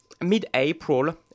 mid-April